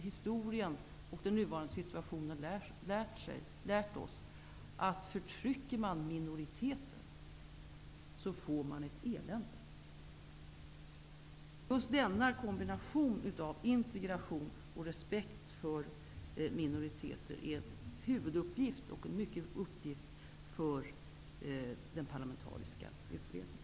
Historien och den nuvarande situationen har ändå lärt oss att om man förtrycker minoriteter, får man ett elände. Just denna kombination av integration och respekt för minoriteter är en huvuduppgift för den parlamentariska utredningen.